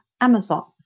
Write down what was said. Amazon